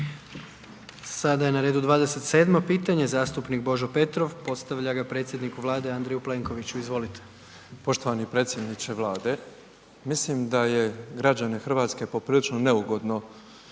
Sada je na redu 27 pitanje, zastupnik Božo Petrov, postavlja ga predsjedniku Vlade, Andreju Plenkoviću, izvolite. **Petrov, Božo (MOST)** Poštovani predsjedniče Vlade, mislim da je građane Hrvatske, poprilično neugodno,